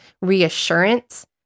reassurance